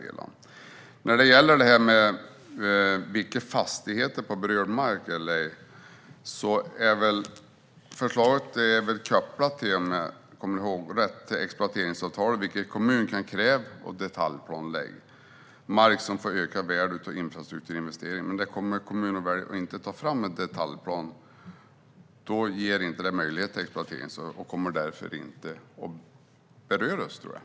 Sedan var det en fråga om vilka fastigheter som berörs. Förslaget är kopplat till exploateringsavtal, vilket kommunen kan kräva och lägga in i detaljplan. För mark som får ökat värde av infrastrukturinvesteringar kommer kommuner inte att ta fram detaljplan. Då finns inte möjlighet till exploatering och de kommer därför inte att beröras.